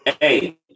hey